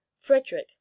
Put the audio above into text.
Frederick